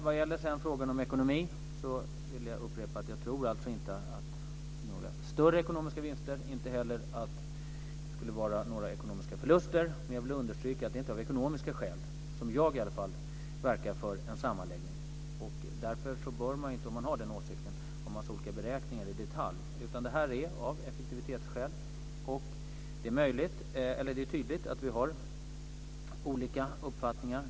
Vad gäller frågan om ekonomi vill jag upprepa att jag inte tror att det blir några större ekonomiska vinster, inte heller att det skulle vara några ekonomiska förluster. Men jag vill understryka att det inte är av ekonomiska skäl som jag verkar för en sammanläggning. Om man har den åsikten bör man inte ha en massa detaljerade beräkningar. Detta sker av effektivitetsskäl. Det är tydligt att vi har olika uppfattningar.